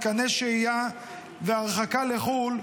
מתקני שהייה והרחקה לחו"ל,